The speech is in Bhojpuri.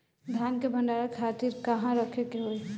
धान के भंडारन खातिर कहाँरखे के होई?